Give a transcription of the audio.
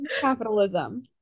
capitalism